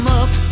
up